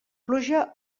pluja